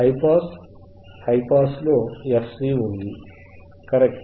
high pass high pass లో కూడా FC ఉంది కరెక్ట్